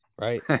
Right